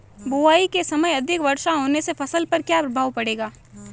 बुआई के समय अधिक वर्षा होने से फसल पर क्या क्या प्रभाव पड़ेगा?